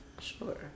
Sure